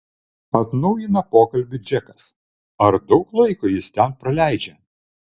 atnaujina pokalbį džekas ar daug laiko jis ten praleidžia